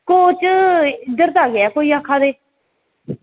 coach कोई इद्धर दा गै ना आक्खा दे